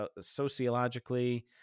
sociologically